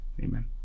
Amen